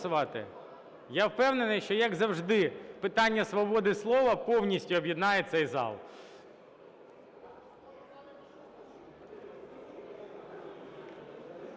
Я впевнений, що, як завжди, питання свободи слова повністю об'єднає цей зал.